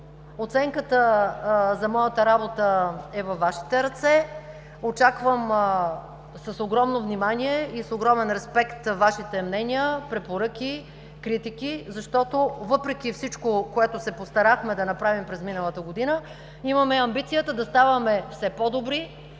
Оценката за моята работа е във Вашите ръце. Очаквам с огромно внимание и с огромен респект Вашите мнения, препоръки, критики, защото въпреки всичко, което се постарахме да направим през миналата година, имаме амбицията да ставаме все по-добри